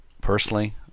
personally